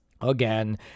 Again